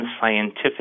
scientific